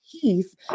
peace